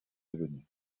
devenu